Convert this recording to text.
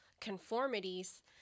conformities